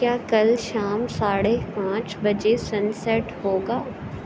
کیا کل شام ساڑھے پانچ بجے سن سیٹ ہوگا